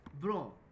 bro